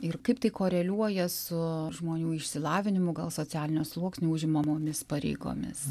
ir kaip tai koreliuoja su žmonių išsilavinimu gal socialinio sluoksniu užimamomis pareigomis